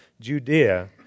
Judea